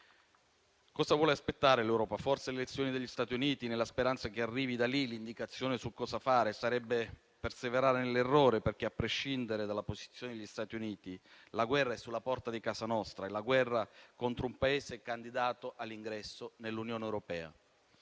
Cosa vuole aspettare l'Europa? Forse le elezioni negli Stati Uniti, nella speranza che arrivi da lì l'indicazione su cosa fare? Sarebbe perseverare nell'errore, perché, a prescindere dalla posizione degli Stati Uniti, la guerra è sulla porta di casa nostra; è la guerra contro un Paese candidato all'ingresso nell'Unione europea.